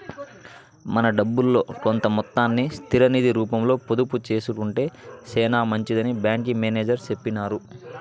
మన డబ్బుల్లో కొంత మొత్తాన్ని స్థిర నిది రూపంలో పొదుపు సేసుకొంటే సేనా మంచిదని బ్యాంకి మేనేజర్ సెప్పినారు